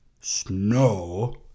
Snow